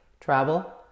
travel